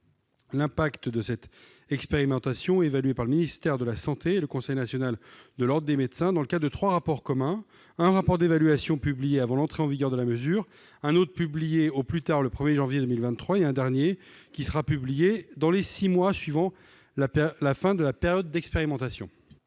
L'incidence de cette expérimentation est évaluée par le ministère chargé de la santé et le Conseil national de l'ordre des médecins dans le cadre de trois rapports communs. Un rapport d'évaluation est publié avant l'entrée en vigueur de la mesure, un autre sortira au plus tard au 1 janvier 2023 et le dernier rapport sera disponible dans les six mois suivant la fin de la période d'expérimentation.